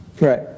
right